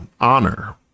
honor